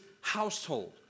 household